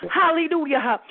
hallelujah